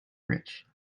rich